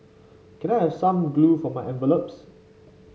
can I have some glue for my envelopes